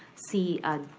see, ah